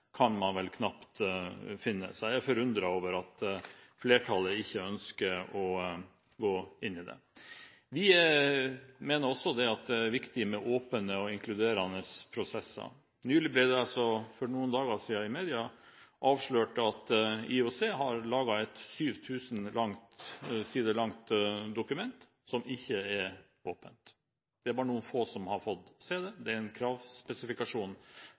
kan man vel knapt finne, så jeg er forundret over at flertallet ikke ønsker å gå inn i det. Vi mener også at det er viktig med åpne og inkluderende prosesser. For noen dager siden ble det i media avslørt at IOC har laget et 7 000 sider langt dokument som ikke er åpent. Det er bare noen få som har fått se det, det er en kravspesifikasjon